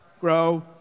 grow